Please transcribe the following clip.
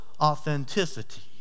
authenticity